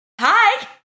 Hi